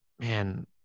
Man